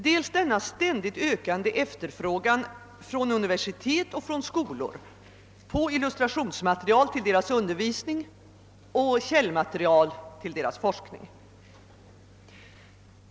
Det första skälet är den ständigt ökande efterfrågan från universitet och skolor efter illustrationsmaterial till deras undervisning och efter källmaterial till deras forskning.